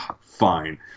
fine